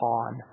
on